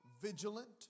vigilant